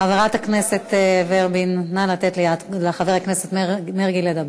חברת הכנסת ורבין, נא לתת לחבר הכנסת מרגי לדבר.